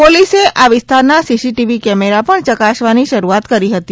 પોલીસે આ વિસ્તારના સીસીટીવી કેમેરા પણ ચકાસવાની શરૂઆત કરી હતી